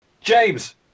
James